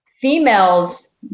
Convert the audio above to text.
females